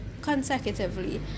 consecutively